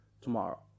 tomorrow